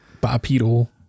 bipedal